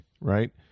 right